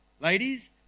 ladies